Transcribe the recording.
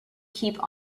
keep